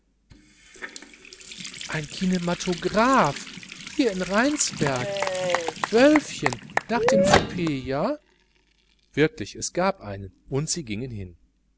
ein kinematograph hier in rheinsberg wölfchen nach dem souper ja wirklich es gab einen und sie gingen hin